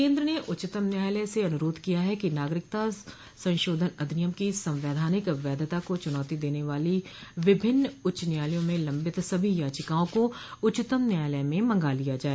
केंद्र ने उच्चतम न्यायालय से अनुरोध किया है कि नागरिकता संशोधन अधिनियम को संवैधानिक वैधता को चुनौती देने वाली विभिन्न उच्च न्यायालयों में लंबित सभी याचिकाओं को उच्चतम न्यायालय में मंगा लिया जाए